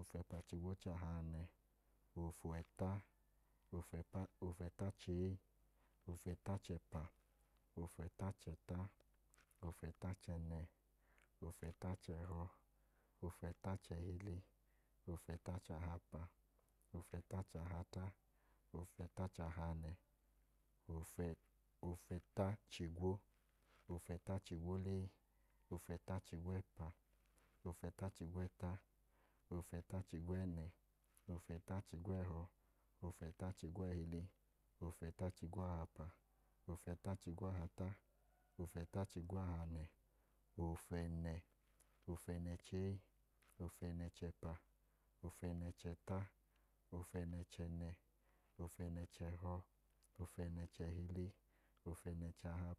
ofẹpa-chigwo-chahanẹ, ofẹta, ofẹta-chee, ofẹta-chẹpa, ofẹta-chẹta, ofẹta-chẹnẹ, ofẹta-chẹhọ, ofẹta-chẹhili, ofẹta-chahapa, ofẹta-chahata, ofẹta-chahanẹ, ofẹta-chigwo, ofẹta-chigwolee, ofẹta-chigwẹpa, ofẹta-chigwẹta, ofẹta-chigwẹnẹ, ofẹta-chigwẹhọ, ofẹta-chigwẹhili, ofẹta-chigwahapa, ofẹta-chigwahata, ofẹta-chigwahanẹ, ofẹnẹ, ofẹnẹ-chee, ofẹnẹ-chẹpa, ofẹnẹ-chẹta, ofẹnẹ-chẹnẹ, ofẹnẹ-chẹhọ, ofẹnẹ-chẹhili, ofẹnẹ-chahapa